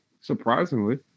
Surprisingly